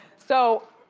so,